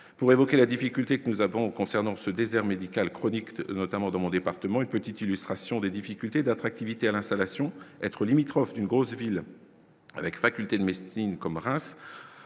Pour évoquer la difficulté que nous avons concernant ce désert médical chroniques notamment dans mon département, une petite illustration des difficultés d'attractivité à l'installation, être limitrophe d'une grosse ville avec facultés de Sting comme Reims